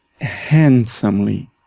handsomely